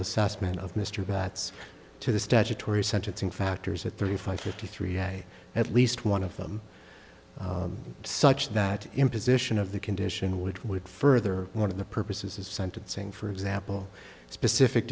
assessment of mr batts to the statutory sentencing factors at thirty five fifty three day at least one of them such that imposition of the condition which would further one of the purposes of sentencing for example specific